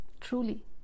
truly